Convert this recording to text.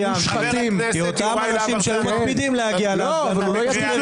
כי אותם אנשים שהיו מקפידים להגיע להפגנות מסובבים